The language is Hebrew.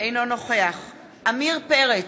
אינו נוכח עמיר פרץ,